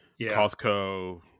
Costco